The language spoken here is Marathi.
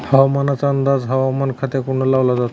हवामानाचा अंदाज हवामान खात्याकडून लावला जातो